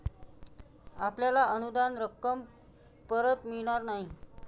आपल्याला अनुदान रक्कम परत मिळणार नाही